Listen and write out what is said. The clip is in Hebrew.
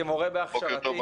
כמורה בהכשרתי,